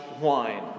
wine